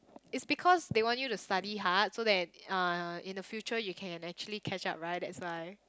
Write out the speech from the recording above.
it's because they want you to study hard so that uh in the future you can actually catch up right that's why